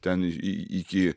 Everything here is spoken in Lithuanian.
ten į iki